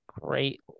great